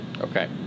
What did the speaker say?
Okay